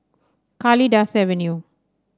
Kalidasa Avenue